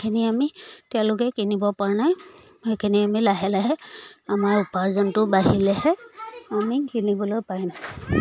সেইখিনি আমি তেওঁলোকে কিনিব পৰা নাই সেইখিনি আমি লাহে লাহে আমাৰ উপাৰ্জনটো বাঢ়িলেহে আমি কিনিবলৈ পাই নাই